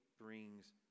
brings